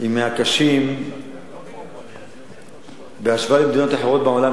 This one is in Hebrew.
הוא מהקשים בהשוואה למדינות אחרות בעולם,